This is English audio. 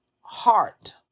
heart